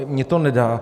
Mně to nedá.